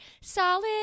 solid